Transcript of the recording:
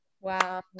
Wow